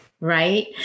right